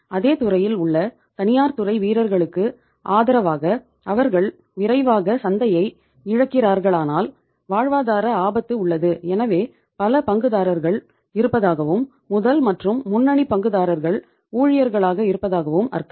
அதே துறையில் உள்ள தனியார் துறை வீரர்களுக்கு ஆதரவாக அவர்கள் விரைவாக சந்தையை இழக்கிறார்களானால் வாழ்வாதார ஆபத்து உள்ளது எனவே பல பங்குதாரர்கள் இருப்பதாகவும் முதல் மற்றும் முன்னணி பங்குதாரர்கள் ஊழியர்களாக இருப்பதாகவும் அர்த்தம்